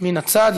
מן הצד,